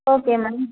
okay ma'am